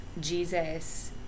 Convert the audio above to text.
Jesus